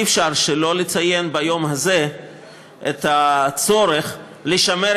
אי-אפשר שלא לציין ביום הזה את הצורך לשמר